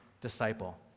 disciple